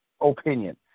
opinion